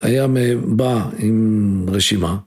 היה בא עם רשימה.